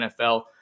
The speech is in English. NFL